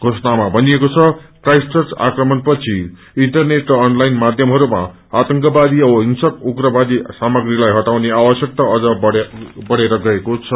घोषणामा भनिएको छ क्राईस्टचर्च आक्रमणपछि इन्टरनेट र अनलाईन माध्यमहरूमा आतंकवादी औ हिंसक उग्रवादी सामाग्रीलाई हटाउने आवश्कता अझ बढ़ेर गएको छ